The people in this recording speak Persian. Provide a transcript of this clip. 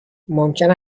ممکن